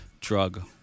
drug